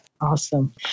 Awesome